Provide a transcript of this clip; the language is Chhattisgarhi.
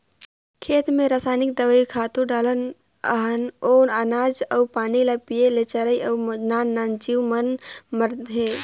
खेत मे रसइनिक दवई, खातू डालत हन ओ अनाज अउ पानी ल पिये ले चरई अउ नान नान जीव मन मरत हे